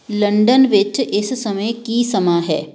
London ਵਿੱਚ ਇਸ ਸਮੇਂ ਕੀ ਸਮਾਂ ਹੈ